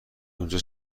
اونجا